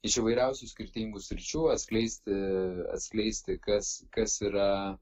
iš įvairiausių skirtingų sričių atskleisti atskleisti kas kas yra